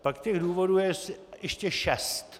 Pak těch důvodů je ještě šest.